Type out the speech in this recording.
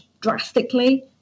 drastically